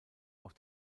auf